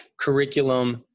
curriculum